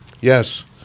Yes